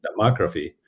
demography